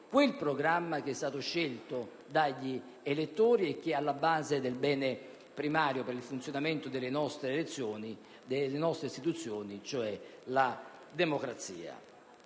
quel programma scelto dagli elettori e che è alla base del bene primario per il funzionamento delle nostre istituzioni, cioè la democrazia.